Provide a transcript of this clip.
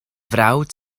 frawd